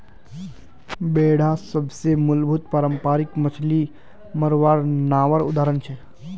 बेडा सबसे मूलभूत पारम्परिक मच्छ्ली मरवार नावर उदाहरण छे